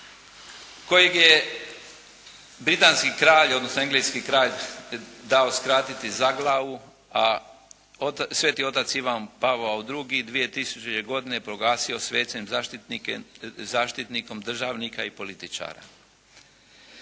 kojeg je britanski kralj odnosno engleski kralj dao skratiti za glavu, a Sveti otac Ivan Pavao II 2000. godine proglasio svecem zaštitnikom državnika i političara.